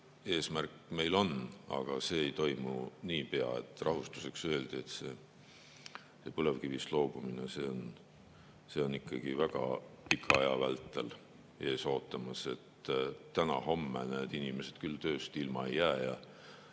eesmärk meil on, aga see ei toimu nii pea. Rahustuseks öeldi, et põlevkivist loobumine on ikkagi väga pika aja vältel ees ootamas ja täna-homme need inimesed küll tööst ilma ei jää. Ja